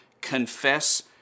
confess